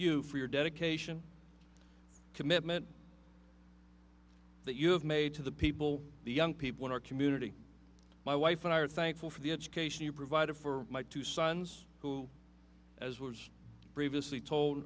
you for your dedication commitment that you have made to the people the young people in our community my wife and i are thankful for the education you provided for my two sons who as was previously to